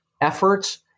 efforts